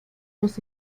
los